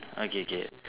okay K